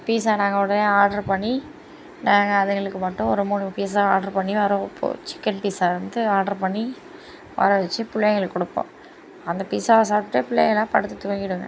பீஸா நாங்கள் உடனே ஆர்ட்ரு பண்ணி நாங்கள் அதுங்களுக்கு மட்டும் ஒரு மூணு பீஸா ஆர்ட்ரு பண்ணி வரவைப்போம் சிக்கன் பீஸா வந்து ஆர்டர் பண்ணி வரவச்சு பிள்ளைங்களுக்கு கொடுப்போம் அந்த பீஸாவை சாப்பிட்டு பிள்ளைங்களாம் படுத்து தூங்கிடுங்க